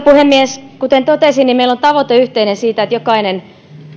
puhemies kuten totesin meillä on yhteinen tavoite siitä että jokainen